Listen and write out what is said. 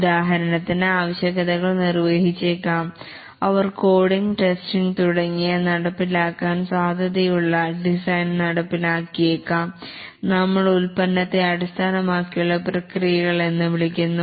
ഉദാഹരണത്തിന് ആവശ്യകതകൾ നിർവഹിച്ചേക്കാം അവർ കോഡിങ്ങ് ടെസ്റ്റിംഗ് തുടങ്ങിയവ നടപ്പിലാക്കാൻ സാധ്യതയുള്ള ഡിസൈൻ നടപ്പിലാക്കിയേക്കാം നമ്മൾ ഉൽപ്പന്നത്തെ അടിസ്ഥാനമാക്കിയുള്ള പ്രക്രിയകൾ എന്നു വിളിക്കുന്നു